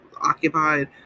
occupied